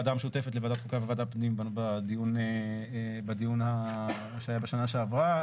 המשותפת לוועדת חוקה וועדת פנים בדיון שהיה בשנה שעברה.